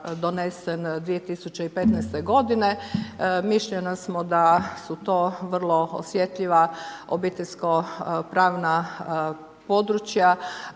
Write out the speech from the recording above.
donesen 2015.-te godine. Mišljenja smo da su to vrlo osjetljiva obiteljsko pravna područja